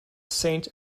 saint